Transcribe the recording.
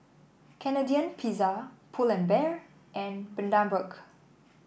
Canadian Pizza Pull and Bear and Bundaberg